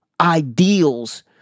ideals